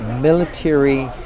military